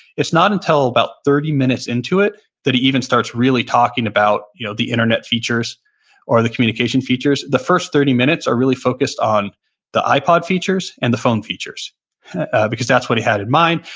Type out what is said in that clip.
it's not until about thirty minutes into it that he even starts really talking about you know the internet features or the communication features. the first thirty minutes are really focused on the ipod features and the phone features because that's what he had in mind.